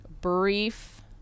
brief